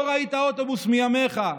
לא ראית אוטובוס מימיך.